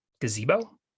gazebo